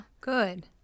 good